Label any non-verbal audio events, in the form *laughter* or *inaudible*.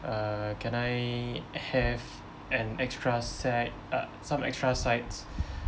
uh can I have an extra set uh some extra sides *breath*